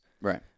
Right